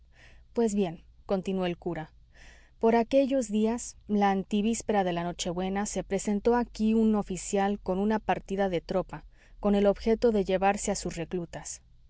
pues bien continuó el cura por aquellos días la antevíspera de la nochebuena se presentó aquí un oficial con una partida de tropa con el objeto de llevarse a sus reclutas